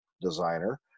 designer